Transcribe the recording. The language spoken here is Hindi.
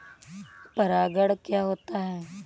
परागण क्या होता है?